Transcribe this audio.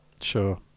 Sure